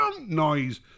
noise